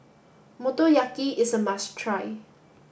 Motoyaki is a must try